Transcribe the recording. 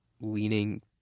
leaning